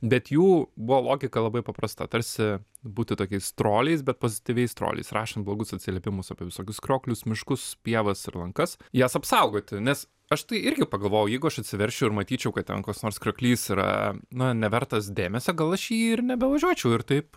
bet jų buvo logika labai paprasta tarsi būti tokiais troliais bet pozityviais troliais rašant blogus atsiliepimus apie visokius krioklius miškus pievas ir lankas jas apsaugoti nes aš tai irgi pagalvojau jeigu aš atsiverčiu ir matyčiau kad ten koks nors krioklys yra na nevertas dėmesio gal aš jį ir nebevažiuočiau ir taip